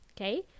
okay